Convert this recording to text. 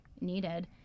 needed